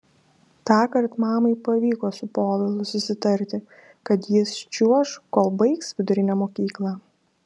tąkart mamai pavyko su povilu susitarti kad jis čiuoš kol baigs vidurinę mokyklą